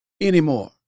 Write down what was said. anymore